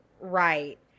Right